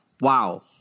Wow